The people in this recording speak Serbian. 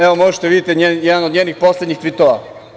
Evo, možete da vidite jedan od njenih poslednjih tvitova.